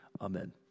Amen